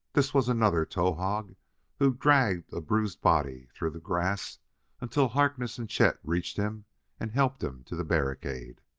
this was another towahg who dragged a bruised body through the grass until harkness and chet reached him and helped him to the barricade.